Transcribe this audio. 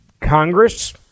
Congress